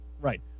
Right